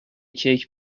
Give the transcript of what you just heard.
کیک